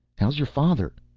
how's your father?